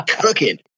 cooking